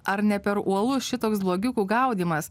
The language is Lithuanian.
ar ne per uolus šitoks blogiukų gaudymas